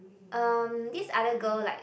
um this other girl like